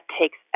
takes